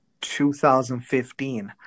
2015